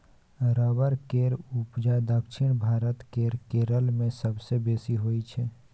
rubber केर उपजा दक्षिण भारत केर केरल मे सबसँ बेसी होइ छै